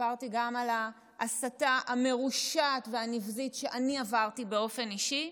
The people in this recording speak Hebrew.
סיפרתי גם על ההסתה המרושעת והנבזית שאני עברתי באופן אישי,